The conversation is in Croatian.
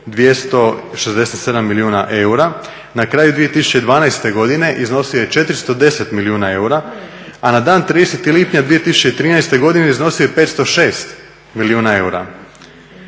267 milijuna eura, na kraju 2012. godine iznosio je 410 milijuna eura, a na dan 30. lipnja 2013. godine iznosio je 506 milijuna eura,